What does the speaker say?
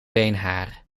beenhaar